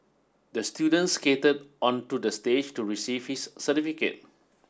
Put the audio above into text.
the student skated onto the stage to receive his certificate